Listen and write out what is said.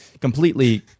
completely